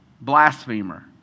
Blasphemer